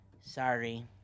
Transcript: Sorry